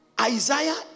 Isaiah